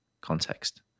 context